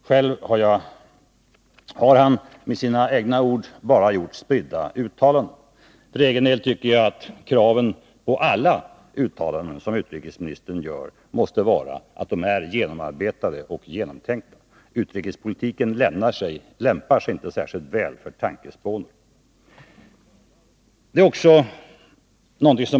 Själv har han, med hans egna ord, bara gjort spridda uttalanden. För egen del tycker jag att kraven på alla uttalanden som utrikesministern gör måste vara att de är genomarbetade och genomtänkta. Utrikespolitiken lämpar sig inte särskilt väl för tankespåning.